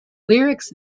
lyrics